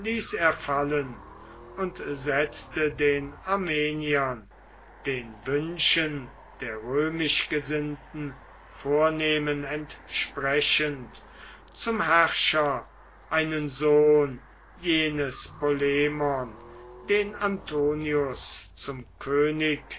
er fallen und setzte den armeniern den wünschen der römisch gesinnten vornehmen entsprechend zum herrscher einen sohn jenes polemon den antonius zum könig